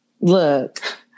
look